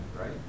right